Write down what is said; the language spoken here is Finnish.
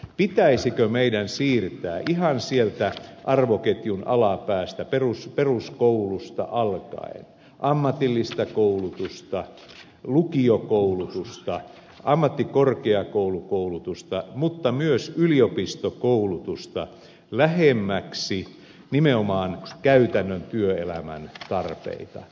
pitäisikö meidän siirtää ihan sieltä arvoketjun alapäästä peruskoulusta alkaen ammatillista koulutusta lukiokoulutusta ammattikorkeakoulukoulutusta mutta myös yliopistokoulutusta lähemmäksi nimenomaan käytännön työelämän tarpeita